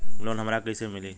Loan हमरा के कईसे मिली?